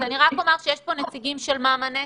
אני רק אומר שיש פה נציגים של מאמאנט,